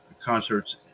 concerts